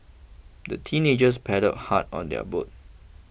the teenagers paddled hard on their boat